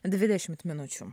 dvidešimt minučių